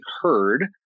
heard